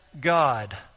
God